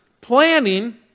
planning